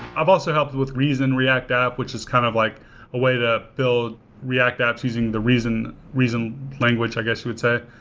i've also helped with reason react app, which is kind of like a way to build react apps using the reason reason language i guess you would say.